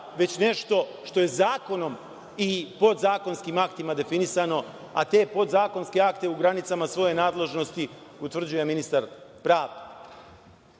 već nešto što je zakonom i podzakonskim aktima definisano, a te podzakonske akte u granicama svoje nadležnosti utvrđuje ministar pravde?